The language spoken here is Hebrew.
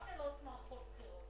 רק שלוש מערכות בחירות.